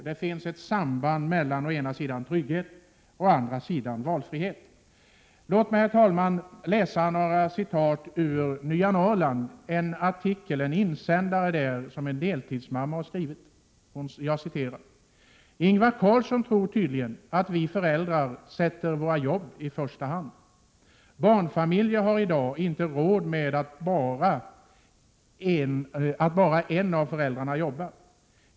Det finns ett samband mellan å ena sidan trygghet och å andra sidan valfrihet. Låt mig, herr talman, läsa upp några rader ur Nya Norrland. En deltidsmamma har skrivit följande i en insändare: ”Ingvar Carlsson tror tydligen att vi föräldrar sätter våra jobb i första hand. Barnfamiljer har i dag inte råd med att bara en av föräldrarna jobbar.